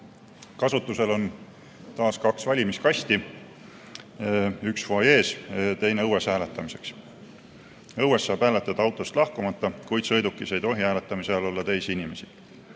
Kasutusel on taas kaks valimiskasti: üks fuajees ja teine õues hääletamiseks. Õues saab hääletada autost lahkumata, kuid sõidukis ei tohi hääletamise ajal olla teisi inimesi.